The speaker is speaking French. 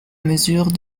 mesure